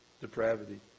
Depravity